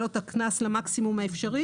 לבעל הרכב.